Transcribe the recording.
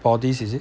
for this is it